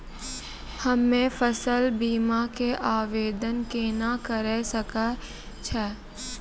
हम्मे फसल बीमा के आवदेन केना करे सकय छियै?